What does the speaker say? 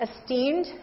esteemed